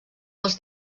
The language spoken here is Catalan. dels